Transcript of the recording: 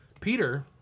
Peter